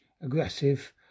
aggressive